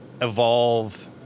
evolve